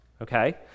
okay